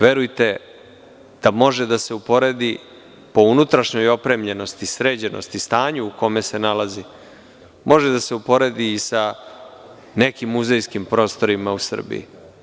Verujte da može da se uporedi po unutrašnjoj opremljenosti, sređenosti, stanju u kome se nalazi može da se uporedi i sa nekim muzejskim prostorima u Srbiji.